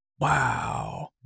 Wow